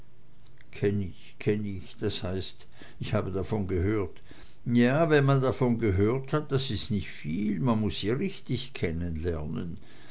kenn ich kenn ich das heißt ich habe davon gehört ja wenn man davon gehört hat das is nich viel man muß sie richtig kennenlernen